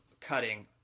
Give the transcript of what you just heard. cutting